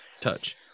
touch